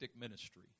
ministry